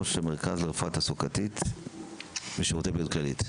ראש המרכז לרפואה תעסוקתית בשירותי בריאות כללית.